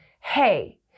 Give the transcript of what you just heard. hey